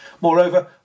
Moreover